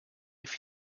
être